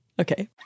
Okay